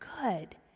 good